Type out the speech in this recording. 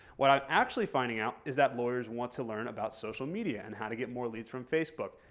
what i'm actually finding out is that lawyers want to learn about social media and how to get more leads from facebook.